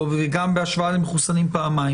או גם בהשוואה למחוסנים פעמיים.